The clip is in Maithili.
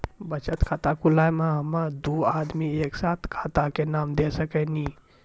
बचत खाता खुलाए मे दू आदमी एक साथ एके खाता मे नाम दे सकी नी?